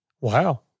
Wow